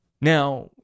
Now